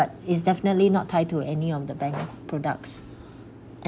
but is definitely not tied to any of the bank products